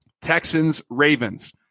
Texans-Ravens